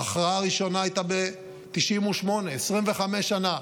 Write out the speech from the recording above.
ההכרעה הראשונה הייתה ב-1998, 25 שנה,